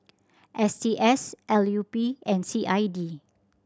S T S L U P and C I D